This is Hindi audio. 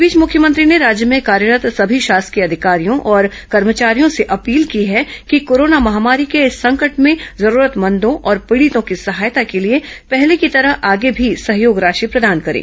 इस बीच मुख्यमंत्री ने राज्य में कार्यरत सभी शासकीय अधिकारियों और कर्मचारियों से अपील की है कि कोरोना महामारी के इस संकट में जरूरतमंदों और पीड़ितों की सहायता के लिए पहले की तरह आगे भी सहयोग राशि प्रदान करें